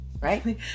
Right